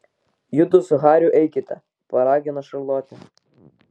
judu su hariu eikite paragino šarlotė